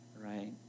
right